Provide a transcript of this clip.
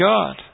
God